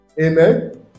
Amen